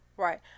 right